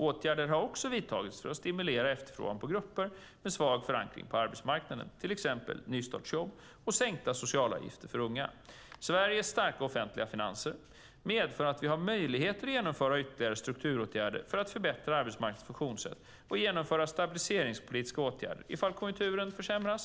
Åtgärder har också vidtagits för att stimulera efterfrågan för grupper med svag förankring på arbetsmarknaden, till exempel nystartsjobb och sänkta socialavgifter för unga. Sveriges starka offentliga finanser medför att vi har möjligheter att genomföra ytterligare strukturåtgärder för att förbättra arbetsmarknadens funktionssätt och genomföra stabiliseringspolitiska åtgärder ifall konjunkturen försämras.